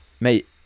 Mate